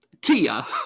Tia